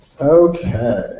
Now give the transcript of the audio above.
Okay